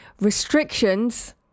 restrictions